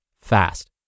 fast